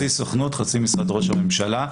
חצי סוכנות, חצי משרד ראש הממשלה.